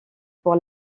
pour